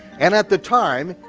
and at the time,